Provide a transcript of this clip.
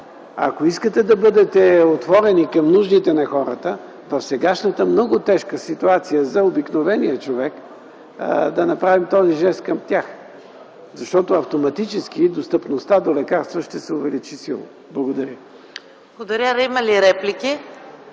ако искате да бъдете отворени към нуждите на хората в сегашната много тежка ситуация за обикновения човек, да направим този жест към тях, защото автоматически достъпността на лекарствата ще се увеличи силно. Благодаря.